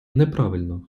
неправильно